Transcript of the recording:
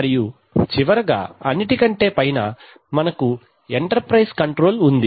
మరియు చివరగా అన్నిటికంటే పైన మనకు ఎంటర్ప్రైజ్ కంట్రోల్ ఉంది